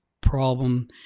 problem